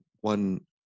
one